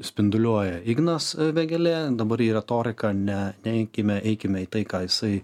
spinduliuoja ignas vėgėlė dabar į retoriką ne neikime eikime į tai ką jisai